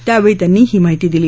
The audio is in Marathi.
त्यावेळी त्यांनी ही माहिती दिली